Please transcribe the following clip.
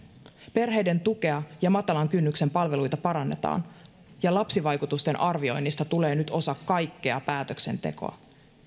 perheiden tukea ja matalan kynnyksen palveluita parannetaan ja lapsivaikutusten arvioinnista tulee nyt osa kaikkea päätöksentekoa